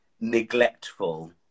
neglectful